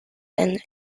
and